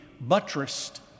buttressed